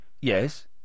Yes